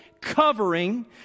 covering